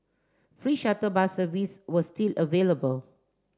free shuttle bus service were still available